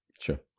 Sure